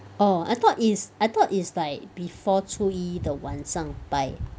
orh I thought it is I thought it's like before 初一的晚上拜